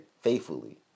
faithfully